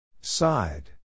Side